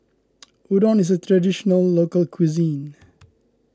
Udon is a Traditional Local Cuisine